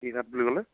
কি কাঠ বুলি ক'লে